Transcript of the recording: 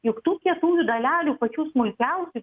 juk tų kietųjų dalelių pačių smulkiausių